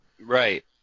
Right